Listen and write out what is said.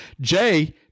Jay